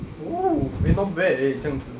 oh eh not bad eh 这样子